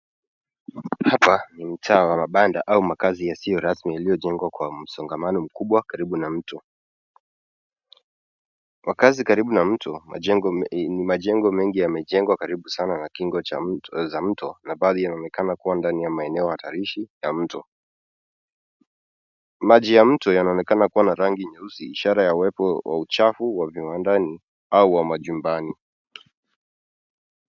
Hapa ni mtaa wa mabanda au makazi yasiyo rasmi yaliyojengwa kwa msongamano mkubwa karibu na mto. Makazi karibu na mto ni majengo mengi yamejengwa karibu sana na kingo za mto na bali yanaonekana kuwa ndani ya maeneo hatarishi ya mto. Maji ya mto yanaonekana kuwa na rangi nyeusi ishara ya uwepo wa uchafu wa viwandani au wa manyumbani.